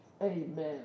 Amen